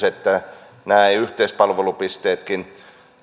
että nämä yhteispalvelupisteetkin